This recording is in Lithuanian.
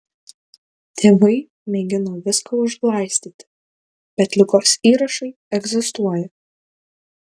tėvai mėgino viską užglaistyti bet ligos įrašai egzistuoja